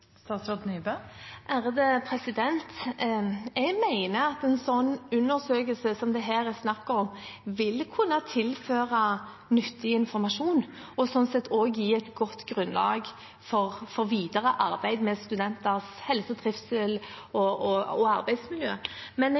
Jeg mener at en slik undersøkelse som det her er snakk om, vil kunne tilføre nyttig informasjon og slik sett også gi et godt grunnlag for videre arbeid med studenters helse, trivsel og arbeidsmiljø. Men